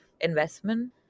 investment